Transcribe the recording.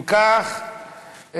אם כך,